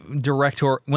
director